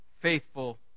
faithful